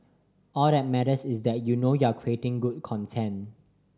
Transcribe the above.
all that matters is that you know you're creating good content